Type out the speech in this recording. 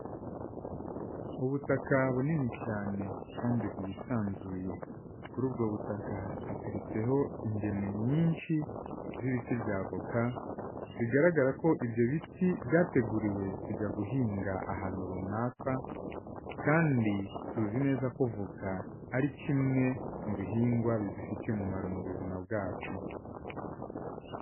Ubutaka bunini cyane kandi bwisanzuye, kuri ubwo butaka hateretseho ingemwe nyinshi z'ibiti bya avoka, bigaragara ko ibyo biti byateguriwe kujya guhinga ahantu runaka, kandi tuzi neza ko avoka ari kimwe mu bihingwa bidufitiye umumaro mu buzima bwacu.